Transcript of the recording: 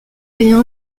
rien